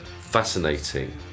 Fascinating